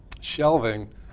shelving